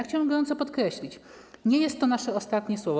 Chciałem gorąco podkreślić: nie jest to nasze ostatnie słowo.